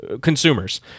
consumers